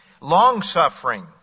long-suffering